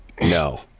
no